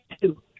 Two